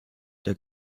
der